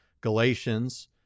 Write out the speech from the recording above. Galatians